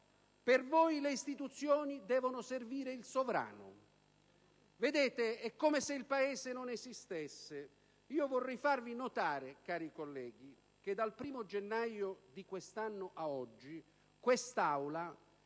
per voi le istituzioni devono servire il sovrano. Vedete, è come se il Paese non esistesse. Vorrei farvi notare, cari colleghi, che dal 1° gennaio di quest'anno ad oggi questa